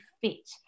fit